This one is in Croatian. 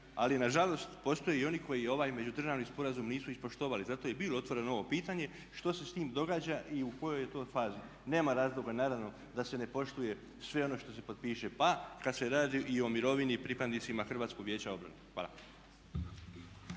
ali nažalost postoje i oni koji ovaj međudržavni sporazum nisu ispoštovali. Zato je i bilo otvoreno ovo pitanje što se sa time događa i u kojoj je to fazi. Nema razloga, naravno da se ne poštuje sve ono što se potpiše pa kada se radi i o mirovini i pripadnicima Hrvatskog vijeća obrane. Hvala.